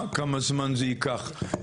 כמה זמן זה ייקח,